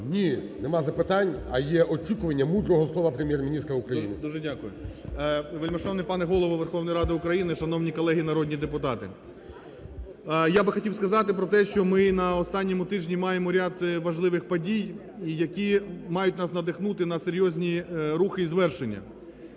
Ні, нема запитань, а є очікування мудрого слова Прем'єр-міністра України. ГРОЙСМАН В.Б. Дуже дякую. Вельмишановний пане Голово Верховної Ради України! Шановні колеги народні депутати! Я б хотів сказати про те, що ми на останньому тижні маємо ряд важливих подій, які мають нас надихнути на серйозні рухи і звершення.